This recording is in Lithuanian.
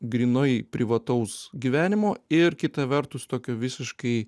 grynoi privataus gyvenimo ir kita vertus tokio visiškai